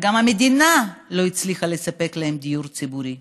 וגם המדינה לא הצליחה לספק להם דיור ציבורי.